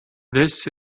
this